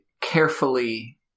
carefully